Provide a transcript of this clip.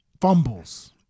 fumbles